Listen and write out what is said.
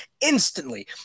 instantly